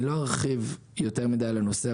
אני לא ארחיב יותר מדי על הנושא,